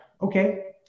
Okay